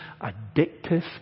addictive